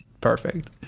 perfect